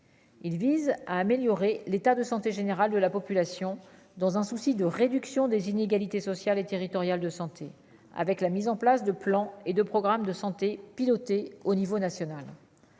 Il vise à améliorer l'état de santé général de la population dans un souci de réduction des inégalités sociales et territoriales de santé avec la mise en place de plans et de programmes de santé pilotée au niveau national,